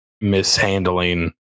mishandling